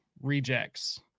rejects